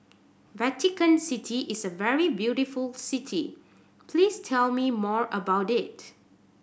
Vatican City is a very beautiful city please tell me more about it